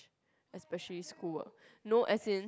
especially school ah no as in